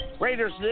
Raiders